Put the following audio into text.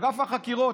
אגף החקירות.